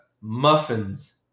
Muffins